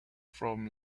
from